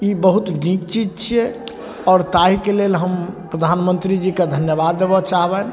ई बहुत नीक चीज छियै आओर ताहिके लेल हम प्रधानमन्त्री जीके धन्यवाद देबऽ चाहबनि